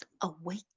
awake